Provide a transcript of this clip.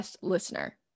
listener